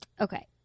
okay